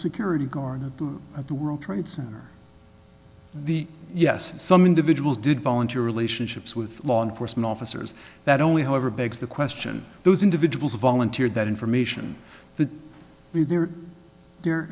security guard at the world trade center the yes some individuals did volunteer relationships with law enforcement officers that only however begs the question those individuals volunteered that information to be there the